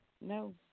no